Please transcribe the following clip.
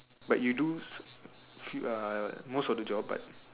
but you do few uh most of the job but